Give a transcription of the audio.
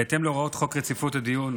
בהתאם להוראות חוק רציפות הדיון